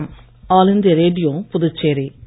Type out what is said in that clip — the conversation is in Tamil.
வணக்கம் ஆல் இண்டியா ரேடியோபுதுச்சேரி